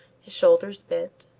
his shoulders bent,